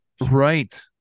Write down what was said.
Right